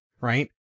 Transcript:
right